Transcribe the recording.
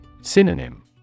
Synonym